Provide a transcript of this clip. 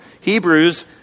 Hebrews